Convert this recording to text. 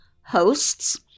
hosts